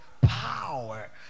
power